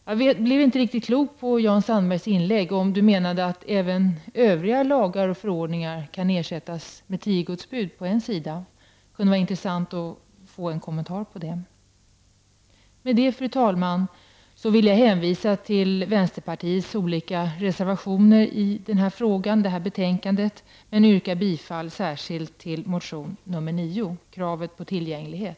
Jag blev inte riktigt klok på Jan Sandbergs inlägg -- om han menade att även övriga lagar och förordningar kan ersättas med tio Guds bud på en sida. Det kunde vara intressant att få en kommentar om detta. Fru talman! Jag vill hänvisa till vänsterpartiets olika reservationer i det här betänkandet och yrkar bifall särskilt till reservation 9, om kravet på tillgänglighet.